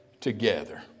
together